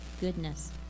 goodness